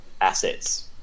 assets